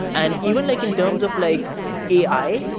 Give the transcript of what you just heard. and even like in terms of like ai,